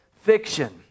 fiction